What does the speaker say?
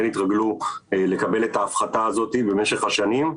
התרגלו לקבל את ההפחתה הזאת במשך השנים.